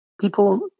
people